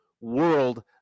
world